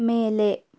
ಮೇಲೆ